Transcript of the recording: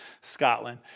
Scotland